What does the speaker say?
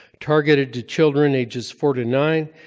targeted to children ages four to nine,